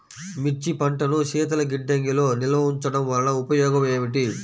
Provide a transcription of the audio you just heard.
మిర్చి పంటను శీతల గిడ్డంగిలో నిల్వ ఉంచటం వలన ఉపయోగం ఏమిటి?